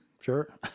Sure